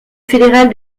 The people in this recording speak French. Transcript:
fédérale